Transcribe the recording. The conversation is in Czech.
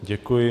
Děkuji.